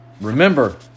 remember